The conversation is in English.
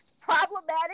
Problematic